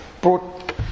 brought